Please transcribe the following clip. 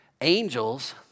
Angels